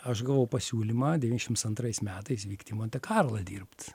aš gavau pasiūlymą devyniasdešimt antrais metais vykt į monte karlą dirbt